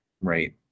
Right